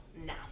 Now